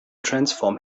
transform